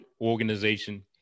organization